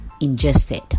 ingested